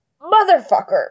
Motherfucker